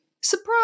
surprise